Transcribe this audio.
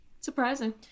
Surprising